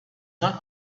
not